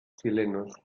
chilenos